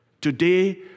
Today